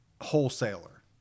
wholesaler